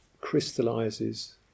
crystallizes